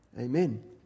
Amen